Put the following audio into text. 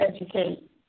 educate